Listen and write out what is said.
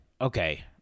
okay